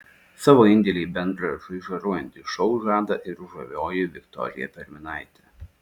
savo indėlį į bendrą žaižaruojantį šou žada ir žavioji viktorija perminaitė